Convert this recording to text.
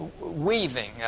weaving